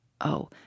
Oh